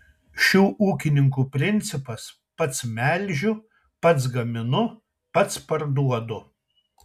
šių ūkininkų principas pats melžiu pats gaminu pats parduodu